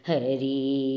Hari